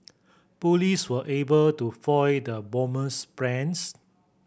police were able to foil the bomber's plans